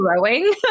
growing